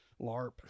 LARP